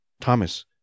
Thomas